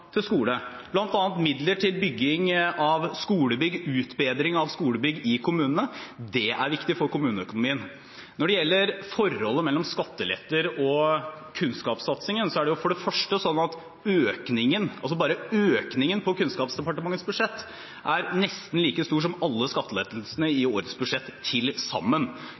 til skole, bl.a. midler til bygging og utbedring av skolebygg i kommunene. Det er viktig for kommuneøkonomien. Når det gjelder forholdet mellom skatteletter og kunnskapssatsingen, er det for det første slik at bare økningen på Kunnskapsdepartementets budsjett er nesten like stor som alle skattelettelsene i årets budsjett til sammen.